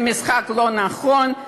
זה משחק לא נכון,